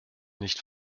nicht